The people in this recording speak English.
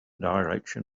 direction